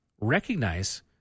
recognize